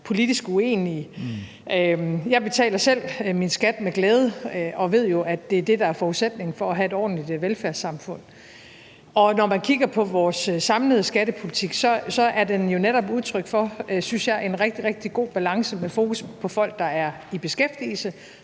politisk uenige. Jeg betaler selv min skat med glæde og ved jo, at det er det, der er forudsætningen for at have et ordentligt velfærdssamfund. Når man kigger på vores samlede skattepolitik, er den jo netop udtryk for, synes jeg, en rigtig, rigtig god balance med fokus på folk, der er i beskæftigelse.